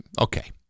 Okay